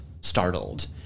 startled